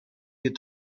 get